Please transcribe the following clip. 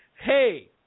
Hey